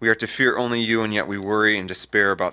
we are to fear only you and yet we worry and despair about